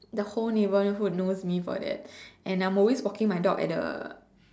the whole neighborhood knows me for that and I'm always walking my dog at the